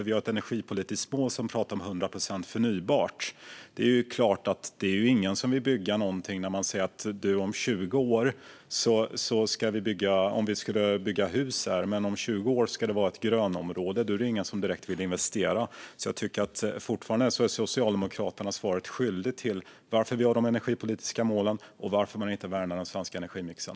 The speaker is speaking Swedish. Vi har ett energipolitiskt mål där det talas om 100 procent förnybart. Om någon till exempel vill bygga ett hus på ett ställe men vet att det om 20 år ska vara ett grönområde där är det ingen som vill investera i ett hus. Därför tycker jag att Socialdemokraterna fortfarande är svaret skyldiga om varför vi har de energipolitiska målen och varför de inte värnar den svenska energimixen.